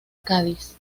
cádiz